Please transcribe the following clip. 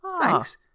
thanks